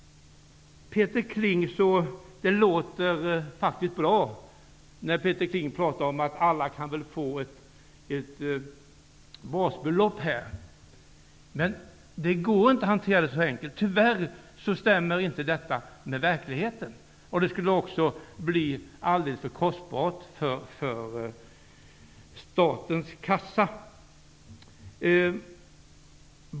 Det låter faktiskt bra när Peter Kling pratar om att alla kan väl få ett basbelopp. Men det går inte att hantera det här så enkelt. Tyvärr stämmer inte det med verkligheten. Det skulle också bli alldeles för kostsamt för statens kassa.